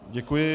Děkuji.